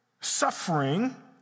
suffering